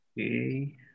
Okay